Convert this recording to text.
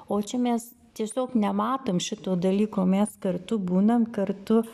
o čia mes tiesiog nematom šito dalyko mes kartu būnam kartu